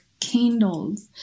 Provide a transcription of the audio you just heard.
candles